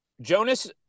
Jonas